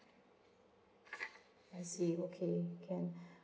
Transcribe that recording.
I see okay can